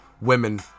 women